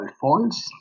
falls